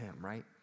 right